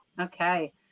Okay